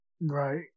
Right